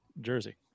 jersey